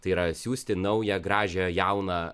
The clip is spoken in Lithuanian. tai yra siųsti naują gražią jauną